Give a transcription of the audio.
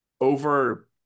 over